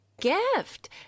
gift